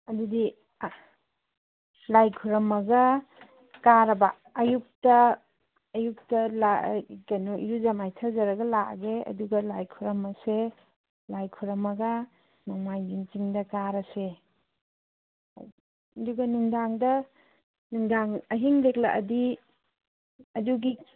ꯑꯗꯨꯗꯤ ꯂꯥꯏ ꯈꯨꯔꯝꯃꯒ ꯀꯥꯔꯕ ꯑꯌꯨꯛꯇ ꯑꯌꯨꯛꯇ ꯏꯔꯨꯖ ꯃꯥꯏꯊꯖꯔꯒ ꯂꯥꯛꯑꯒꯦ ꯑꯗꯨꯒ ꯂꯥꯏ ꯈꯨꯔꯨꯝꯃꯁꯦ ꯂꯥꯏ ꯈꯨꯔꯨꯝꯃꯒ ꯅꯣꯡꯃꯥꯏꯖꯤꯡ ꯆꯤꯡꯗ ꯀꯥꯔꯁꯦ ꯑꯗꯨꯒ ꯅꯨꯡꯗꯥꯡꯗ ꯅꯨꯡꯗꯥꯡ ꯑꯍꯤꯡ ꯂꯦꯛꯂꯛꯑꯗꯤ ꯑꯗꯨꯒꯤ